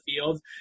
field